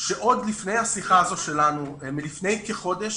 שעוד לפני השיחה הזאת שלנו מלפני כחודש